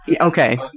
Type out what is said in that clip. Okay